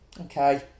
okay